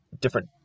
different